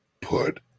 put